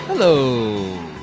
Hello